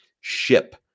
ship